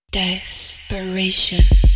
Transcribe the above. DESPERATION